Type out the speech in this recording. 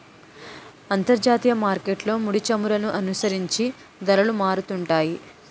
అంతర్జాతీయ మార్కెట్లో ముడిచమురులను అనుసరించి ధరలు మారుతుంటాయి